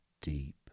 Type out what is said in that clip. deep